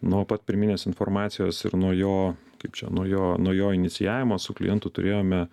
nuo pat pirminės informacijos ir nuo jo kaip čia nuo jo nuo jo inicijavimo su klientu turėjome